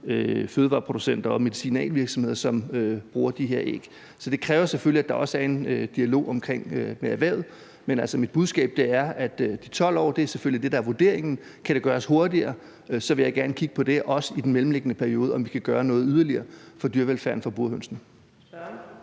fødevareproducenter og medicinalvirksomheder, som bruger de her æg. Så det kræver selvfølgelig også, at der er en dialog med erhvervet. Men mit budskab er, at de 12 år selvfølgelig er det, der er vurderingen. Kan det gøres hurtigere, vil jeg gerne, også i den mellemliggende periode, kigge på, om vi kan gøre noget yderligere for dyrevelfærden for burhønsene.